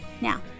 Now